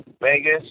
Vegas